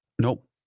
Nope